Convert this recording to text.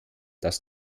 dass